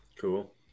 Cool